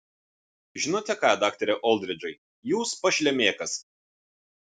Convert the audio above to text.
žinote ką daktare oldridžai jūs pašlemėkas